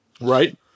Right